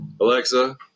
Alexa